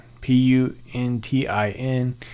p-u-n-t-i-n